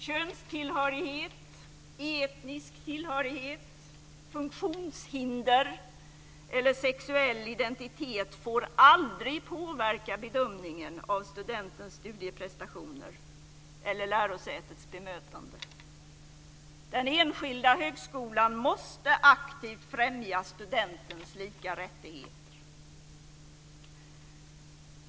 Könstillhörighet, etnisk tillhörighet, funktionshinder eller sexuell identitet får aldrig påverka bedömningen av studentens studieprestationer eller lärosätets bemötande. Den enskilda högskolan måste aktivt främja studentens lika rättigheter.